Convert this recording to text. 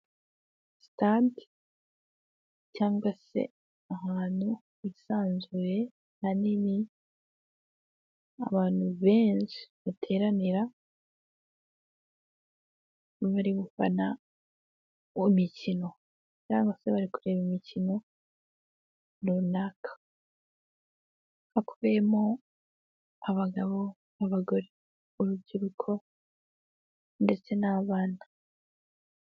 Sitade cyangwa se ahantu hisanzuye hanini, abantu benshi bateranira bari gufana imikino, cyangwa se bari kureba imikino runaka, hakubiyemo abagabo, abagore, urubyiruko ndetse n'abana.